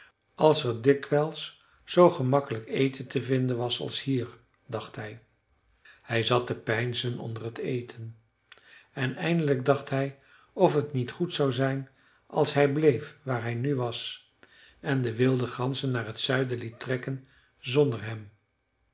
als er dikwijls zoo gemakkelijk eten te vinden was als hier dacht hij hij zat te peinzen onder t eten en eindelijk dacht hij of t niet goed zou zijn als hij bleef waar hij nu was en de wilde ganzen naar t zuiden liet trekken zonder hem